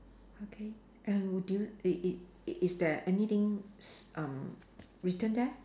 okay err would you it it i~ is there anything s~ um written there